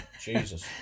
Jesus